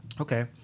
Okay